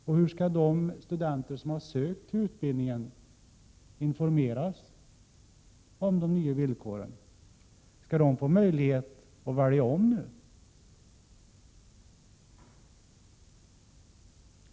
Och hur skall de studenter som har sökt till utbildningen informeras om de nya villkoren? Skall de nu få möjlighet att välja om?